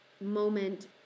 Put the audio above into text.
moment